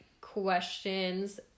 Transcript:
questions